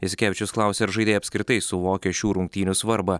jasikevičius klausė ar žaidėjai apskritai suvokia šių rungtynių svarbą